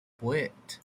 poet